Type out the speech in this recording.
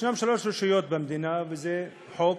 ישנן שלוש רשויות במדינה, וזה חוק.